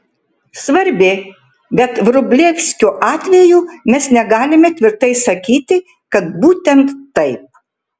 svarbi bet vrublevskio atveju mes negalime tvirtai sakyti kad būtent taip